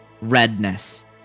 redness